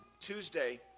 Tuesday